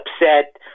upset